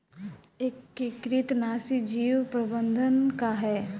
एकीकृत नाशी जीव प्रबंधन का ह?